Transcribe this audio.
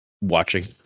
watching